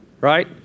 Right